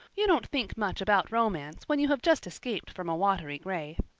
you don't think much about romance when you have just escaped from a watery grave.